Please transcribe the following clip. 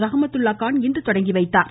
ரஹமத்துல்லா கான் இன்று தொடங்கி வைத்தாா்